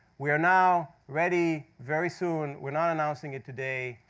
we are now ready, very soon. we're not announcing it today,